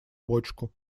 бочку